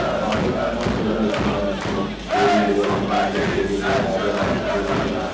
ఆ పాటలు పైన స్టోరీలు వస్తుండే మంచి మంచి స్టోరీలు అమ్మ నాన్న స్టోరీలు రాజా రాణి స్టోరీలు